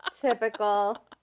Typical